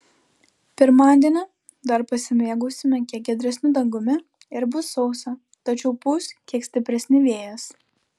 pirmadienį dar pasimėgausime kiek giedresniu dangumi ir bus sausa tačiau pūs kiek stipresni vėjas